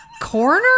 corner